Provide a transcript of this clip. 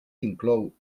inclou